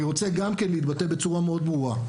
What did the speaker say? אני רוצה גם להתבטא בצורה מאוד ברורה.